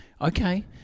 okay